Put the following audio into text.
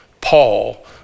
Paul